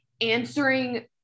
answering